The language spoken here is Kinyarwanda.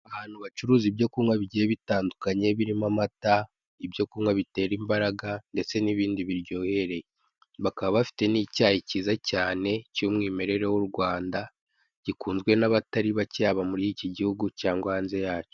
Ahantu bacuruza ibyo kunywa bigiye bitandukanye birimo amata, ibyo kunywa bitera imbaraga ndetse n'ibindi biryohereye, bakaba bafite n'icyayi kiza cyane cy'umwimerere w'u Rwanda gikunzwe n'abatari bakeya muri iki gihugu cyangwa hanze yacyo.